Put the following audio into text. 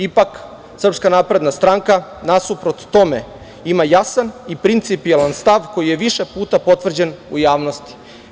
Ipak SNS nasuprot tome ima jasan i principijelan stav koji je više puta potvrđen u javnosti.